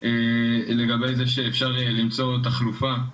קודם, לגבי זה שאפשר למצוא תחלופה למסכים,